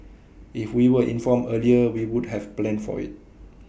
if we were informed earlier we would have planned for IT